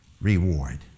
Reward